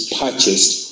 purchased